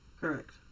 Correct